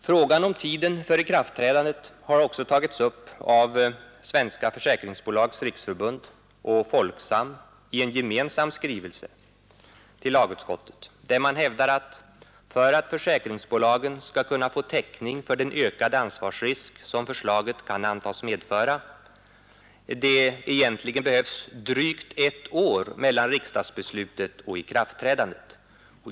Frågan om tiden för ikraftträdandet har också tagits upp av Svenska försäkringsbolags riksförbund och Folksam i en gemensam skrivelse till lagutskottet, där man hävdar att — för att försäkringsbolagen skall kunna få täckning för den ökade ansvarsrisk som förslaget kan antas medföra — det egentligen behövs drygt ett år mellan riksdagsbeslutet och ikraftträdandet.